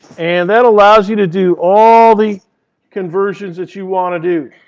and that allows you to do all the conversions that you want to do.